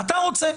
אתה רוצה.